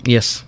Yes